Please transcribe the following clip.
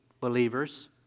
believers